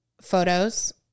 photos